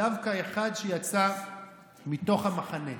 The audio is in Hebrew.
דווקא אחד שיצא מתוך המחנה.